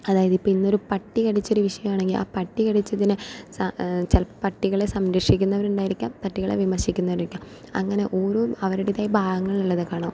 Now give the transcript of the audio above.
അതായത് ഇപ്പം ഇന്ന് ഒരു പട്ടി കടിച്ചൊരു വിഷയമാണെങ്കിൽ ആ പട്ടി കടിച്ചതിന് ചിലപ്പോൾ പട്ടികളെ സംരക്ഷിക്കുന്നവർ ഉണ്ടായിരിക്കാം പട്ടികളെ വിമർശിക്കുന്നവർ ഉണ്ടായിരിക്കും അങ്ങനെ ഓരോ അവരുടേതായ ഭാഗങ്ങളിൽ നിന്നുള്ളത് കാണാം